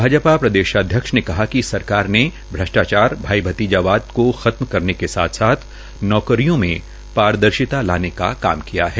भाजपा प्रदेशाध्यक्ष ने कहा कि सरकार ने भ्रष्टाचार भाई भतीजावाद को खत्म करने के साथ साथ नौकरियों में पारदर्शिता लाने का काम किया है